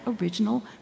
original